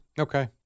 Okay